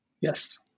Yes